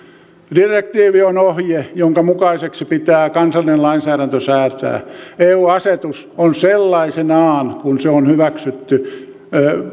direktiivi on ohje jonka mukaiseksi pitää kansallinen lainsäädäntö säätää eu asetus on sellaisenaan kuin se on hyväksytty